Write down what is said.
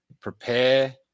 prepare